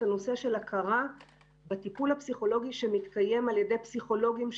הנושא של ההכרה בטיפול הפסיכולוגי שמתקיים על ידי פסיכולוגים חינוכיים.